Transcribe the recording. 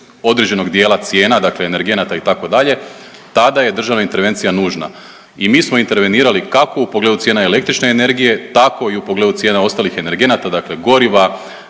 određenog dijela cijena, dakle energenata itd. tada je državna intervencija nužna. I mi smo intervenirali kako u pogledu cijena električne energije, tako i u pogledu cijena ostalih energenata, dakle goriva,